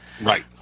Right